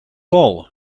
all